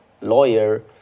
lawyer